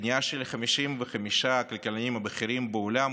פנייה של 55 הכלכלנים הבכירים בעולם,